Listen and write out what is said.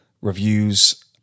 reviews